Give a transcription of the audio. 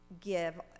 give